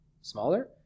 smaller